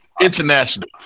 International